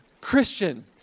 Christian